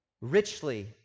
richly